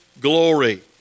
glory